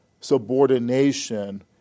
subordination